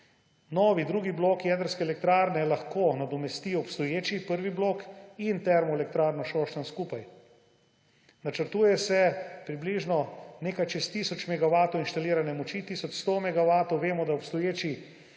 Nov drugi blok jedrske elektrarne lahko nadomesti obstoječi prvi blok in Termoelektrarno Šoštanj skupaj. Načrtuje se približno nekaj čez tisoč megavatov inštalirane moči, tisoč 100 megavatov. Vemo, da obstoječi